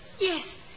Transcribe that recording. Yes